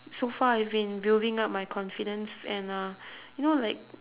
so far I've been building up my confidence and uh you know like